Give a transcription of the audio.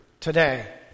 Today